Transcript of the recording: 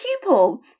people